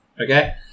Okay